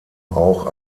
auch